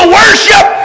worship